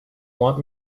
want